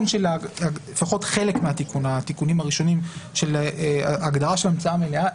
לפחות חלק מהתיקונים הראשונים של הגדרה של המצאה מלאה,